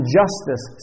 justice